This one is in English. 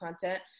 content